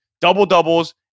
double-doubles